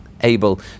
able